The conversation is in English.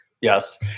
Yes